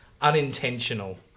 Unintentional